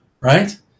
right